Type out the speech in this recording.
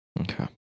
Okay